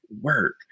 work